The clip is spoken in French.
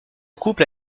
couple